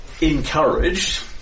encouraged